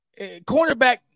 Cornerback